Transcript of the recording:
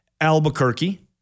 Albuquerque